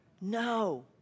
No